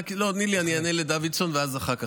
לא, תני לי, אני אענה לדוידסון ואז, אחר כך.